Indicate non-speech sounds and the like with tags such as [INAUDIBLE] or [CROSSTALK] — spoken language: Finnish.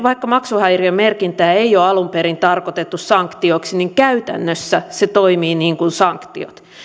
[UNINTELLIGIBLE] vaikka maksuhäiriömerkintää ei ole alun perin tarkoitettu sanktioksi niin käytännössä se toimii niin kuin sanktiot